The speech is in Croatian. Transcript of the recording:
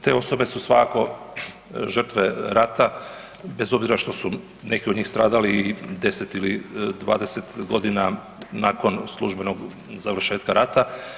Te osobe su svakako žrtve rata bez obzira što su neki od njih stradali i 10 ili 20 godina nakon službenog završetka rata.